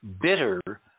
bitter